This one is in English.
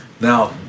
Now